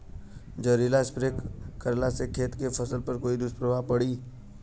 जहरीला स्प्रे करला से खेत के फसल पर कोई दुष्प्रभाव भी पड़ी?